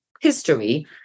history